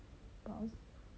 buy